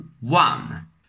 one